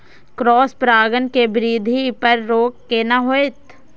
Cross परागण के वृद्धि पर रोक केना होयत?